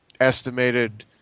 estimated